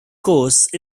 course